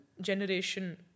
generation